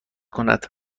کند